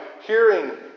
hearing